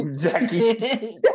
Jackie